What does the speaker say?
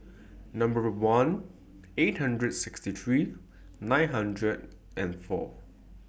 Number one eight hundred sixty three nine hundred and four